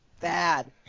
Bad